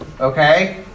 Okay